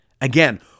Again